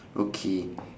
okay